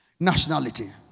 Nationality